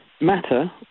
Matter